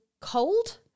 cold